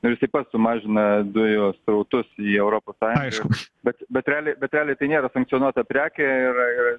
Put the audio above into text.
ir jisai pats sumažina dujų srautus į europos sąjungą bet bet realiai bet realiai tai nėra sankcionuota prekė yra ir